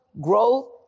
growth